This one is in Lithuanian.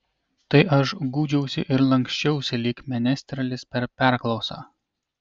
tai aš gūžiausi ir lanksčiausi lyg menestrelis per perklausą